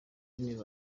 w’intebe